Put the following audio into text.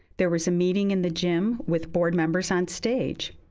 there was a meeting in the gym with board members on stage.